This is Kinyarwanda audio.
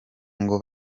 ngo